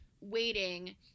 waiting